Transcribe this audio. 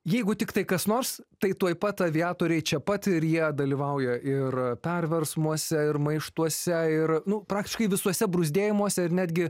jeigu tiktai kas nors tai tuoj pat aviatoriai čia pat ir jie dalyvauja ir perversmuose ir maištuose ir nu praktiškai visuose bruzdėjimuose ir netgi